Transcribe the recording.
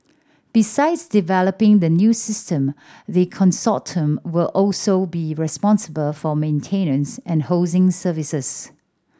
besides developing the new system the consortium will also be responsible for maintenance and hosting services